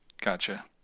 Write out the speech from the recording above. Gotcha